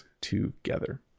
together